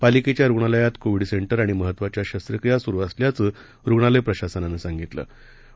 पालिकेच्यारुग्णालयातकोविडसेंटरआणिमहत्वाच्याशस्त्रक्रियास्रूअसल्याचेरुग्णालयप्रशासनानंसांगितलंआहे